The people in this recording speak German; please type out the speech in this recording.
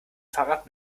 fahrrad